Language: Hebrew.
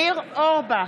(קוראת בשמות חברי הכנסת) ניר אורבך,